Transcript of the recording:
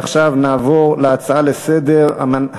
עכשיו נעבור להצעות לסדר-היום בנושא: